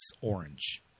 orange